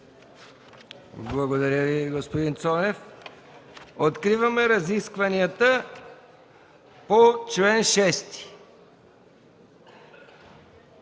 Благодаря Ви, господин Цонев. Откривам разискванията по чл. 6.